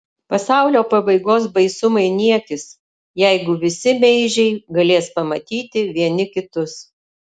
pasaulio pabaigos baisumai niekis jeigu visi meižiai galės pamatyti vieni kitus